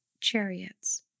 chariots